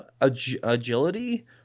agility